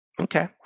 Okay